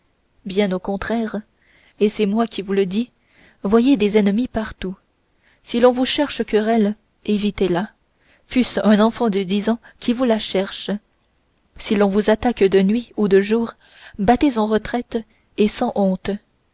bien au contraire et c'est moi qui vous le dis voyez des ennemis partout si l'on vous cherche querelle évitez la fût-ce un enfant de dix ans qui vous la cherche si l'on vous attaque de nuit ou de jour battez en retraite et sans honte